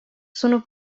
sono